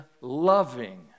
loving